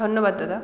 ধন্যবাদ দাদা